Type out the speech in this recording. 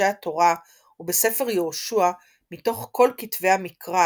בחומשי התורה ובספר יהושע מתוך כל כתבי המקרא,